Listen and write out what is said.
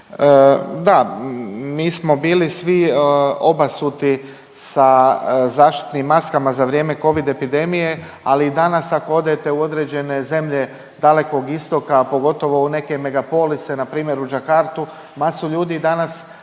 da, mi smo bili svi obasuti sa zaštitnim maskama za vrijeme covid epidemije, ali i danas ako odete u određene zemlje Dalekog Istoka, pogotovo u neke Megapolise, npr. u Jakartu, masu ljudi danas